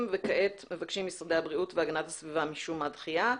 וכעת מבקשים משרדי הבריאות והגנת הסביבה משום מה דחייה,